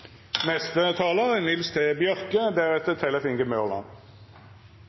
neste talar Tellef Inge Mørland